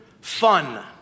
fun